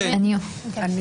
אני